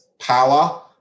power